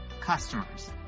customers